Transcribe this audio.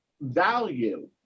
value